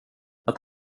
att